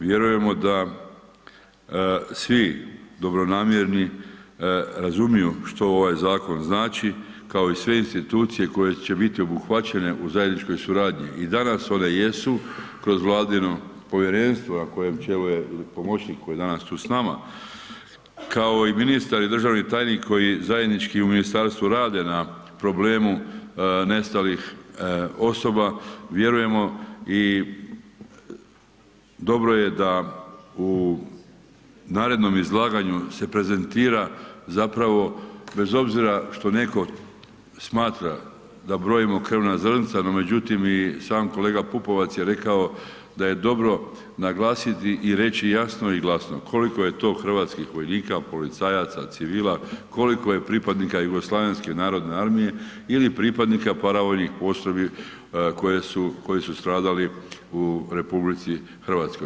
Vjerujemo da svi dobronamjerni razumiju što ovaj zakon znači, kao i sve institucije koje će biti obuhvaćene u zajedničkoj suradnji i danas one jesu kroz Vladino povjerenstvo, na kojem čelu je i pomoćnik koji je danas tu s nama, kao i ministar i državni tajnik koji zajednički u ministarstvu rade na problemu nestalih osoba, vjerujemo i dobro je da u narednom izlaganju se prezentira zapravo, bez obzira što netko smatra da brojimo krvna zrnca, no međutim i sam kolega Pupovac je rekao da je dobro naglasiti i reći jasno i glasno, koliko je to hrvatskih vojnika, policajaca, civila, koliko je pripadnika JNA ili pripadnika paravojnih postrojbi koje su stradali u RH.